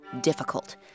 difficult